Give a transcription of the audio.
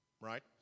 right